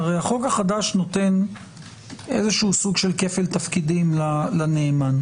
הרי החוק החדש נותן סוג של כפל תפקידים לנאמן.